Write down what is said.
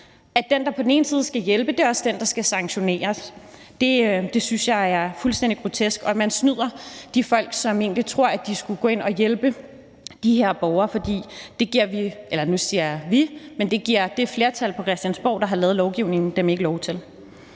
at den, der på den ene side skal hjælpe, også er den, der skal sanktionere. Det synes jeg er fuldstændig grotesk. Man snyder de folk, som egentlig troede, de skulle ind og hjælpe de her borgere, for det giver vi – eller nu siger jeg »vi«, men det gælder det flertal på Christiansborg, der har lavet lovgivningen – dem ikke lov til.